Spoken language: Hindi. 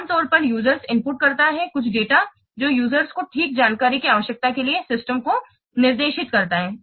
आम तौर पर यूजरस इनपुट करता है कि कुछ डेटा जो यूजरस को ठीक जानकारी की आवश्यकता के लिए सिस्टम को निर्देशित करता है